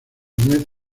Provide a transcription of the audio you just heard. nuez